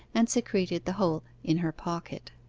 and secreted the whole in her pocket.